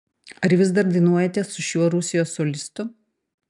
ar vis dar dainuojate su šiuo rusijos solistu